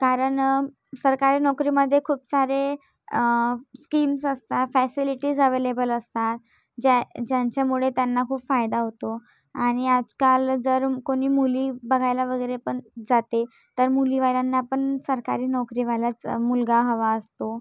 कारण सरकारी नोकरीमध्ये खूप सारे स्कीम्स असतात फॅसिलीटीज अवेलेबल असतात ज्या ज्यांच्यामुळे त्यांना खूप फायदा होतो आणि आजकाल जर कोणी मुली बघायला वगैरे पण जाते तर मुलीवाल्यांना पण सरकारी नोकरीवालाच मुलगा हवा असतो